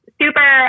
super